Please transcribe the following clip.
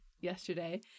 yesterday